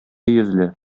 йөзле